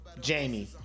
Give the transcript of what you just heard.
Jamie